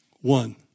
One